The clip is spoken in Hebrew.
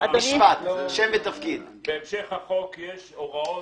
בהמשך החוק יש הוראות